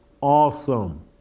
awesome